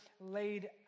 laid